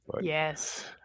Yes